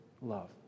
love